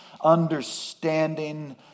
understanding